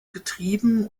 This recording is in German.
getrieben